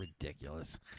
ridiculous